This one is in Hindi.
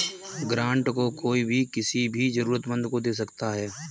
ग्रांट को कोई भी किसी भी जरूरतमन्द को दे सकता है